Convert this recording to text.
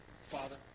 Father